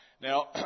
Now